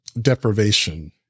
deprivation